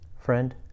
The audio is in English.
Friend